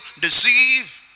Deceive